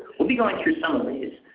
will be going through some of these.